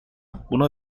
buna